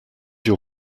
your